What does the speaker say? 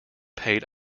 paid